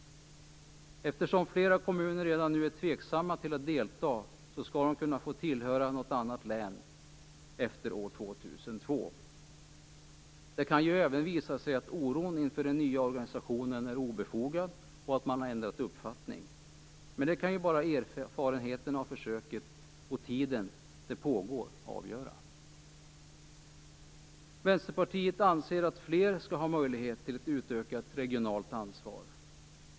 Eftersom flera kommuner redan nu är tveksamma till att delta skall de kunna få tillhöra något annat län efter år 2002. Det kan ju även visa sig att oron inför den nya organisationen är obefogad och att man har ändrat uppfattning. Men det kan ju bara erfarenheten av försöket och den tid som det pågår avgöra. Vänsterpartiet anser att fler skall ha möjlighet till ett utökat regionalt ansvar.